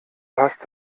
hast